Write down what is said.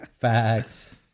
Facts